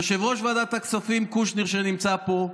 יושב-ראש ועדת הכספים קושניר, שנמצא פה,